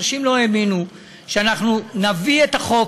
אנשים לא האמינו שאנחנו נביא את החוק,